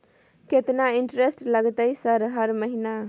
केतना इंटेरेस्ट लगतै सर हर महीना?